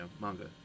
manga